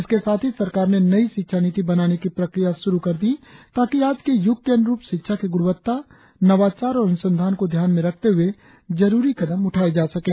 इसके साथ ही सरकार ने नई शिक्षा नीति बनाने की प्रक्रिया शुरु कर दी ताकि आज के युग के अनुरुप शिक्षा की गुणवत्ता नवाचार और अनुसंधान को ध्यान में रखते हुए जरुरी कदम उठाये जा सकें